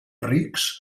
rics